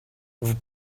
vous